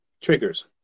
triggers